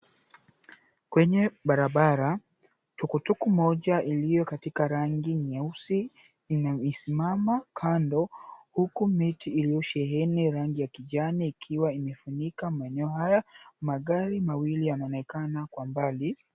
Kwenye barabara, tukutuku moja iliyokatika rangi nyeusi inasimama kando huku miti iliyosheni rangi ya kijani ikiwa imefunika maeneo hayo. Magari mawili yanaonekana kwa mbali.